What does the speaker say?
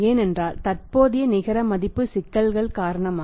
ஏனென்றால் தற்போதைய நிகர மதிப்பு சிக்கல்கள் காரணமாக